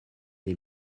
les